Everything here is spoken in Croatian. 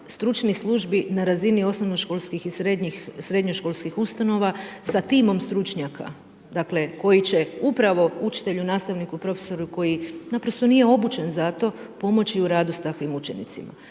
stručnih službi na razini osnovnoškolskih i srednjoškolskih ustanova sa timom stručnjaka. Dakle, koji će upravo učitelju, nastavniku, profesoru koji naprosto nije obučen za to, pomoći u radu s takvim učenicima.